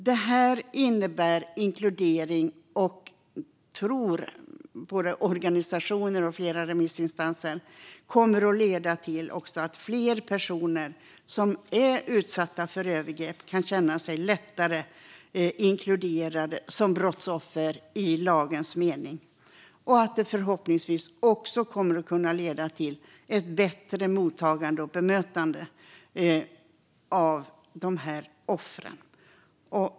Detta innebär inkludering och kommer att leda till, tror både organisationer och flera remissinstanser, att fler personer som blivit utsatta för övergrepp lättare kan känna sig inkluderade som brottsoffer i lagens mening. Förhoppningsvis kommer det också att kunna leda till ett bättre mottagande och bemötande av dessa offer.